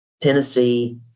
Tennessee